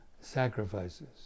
sacrifices